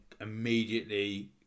immediately